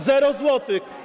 Zero złotych.